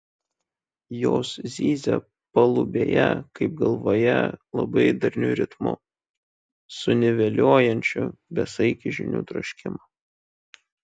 jos zyzia palubėje kaip galvoje labai darniu ritmu suniveliuojančiu besaikį žinių troškimą